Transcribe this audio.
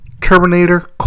Terminator